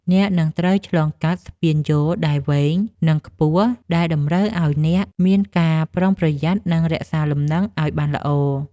អ្នកនឹងត្រូវឆ្លងកាត់ស្ពានយោលដែលវែង និងខ្ពស់ ដែលតម្រូវឱ្យអ្នកមានការប្រុងប្រយ័ត្ន និងរក្សាលំនឹងឱ្យបានល្អ។